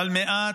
אבל מעט,